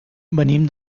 venim